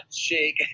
shake